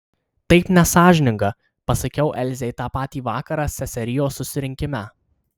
taip nesąžininga pasakiau elzei tą patį vakarą seserijos susirinkime